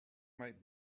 might